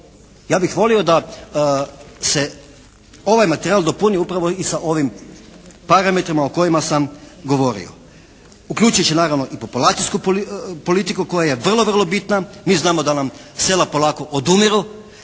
Ja bih volio da se ovaj materijal dopuni upravo i sa ovim parametrima o kojima sam govorio, uključujući naravno i populacijsku politiku koja je vrlo, vrlo bitna. Mi znamo da nam sela polako odumiru.